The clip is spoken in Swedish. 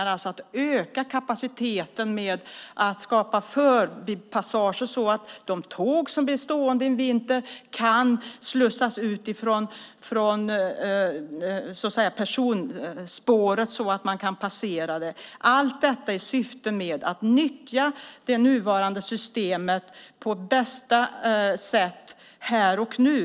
Det handlar om att öka kapaciteten genom att skapa förbipassager så att de tåg som blir stående en vinter kan slussas ut från personspåret och passeras. Syftet är att nyttja det nuvarande systemet på bästa sätt här och nu.